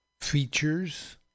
features